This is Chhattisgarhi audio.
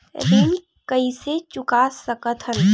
ऋण कइसे चुका सकत हन?